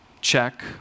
Check